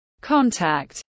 contact